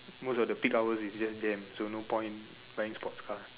most of the peak hours is just jam so no point buying sports car